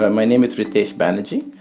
ah my name is ritesh banerjee.